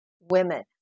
women